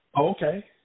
Okay